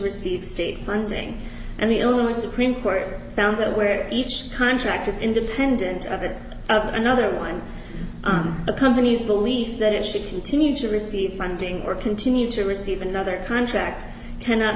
receive state funding and the only supreme court found that where each contract is independent of it another one the companies believe that it should continue to receive funding or continue to receive another contract cannot